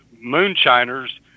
moonshiners